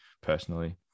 personally